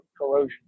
corrosion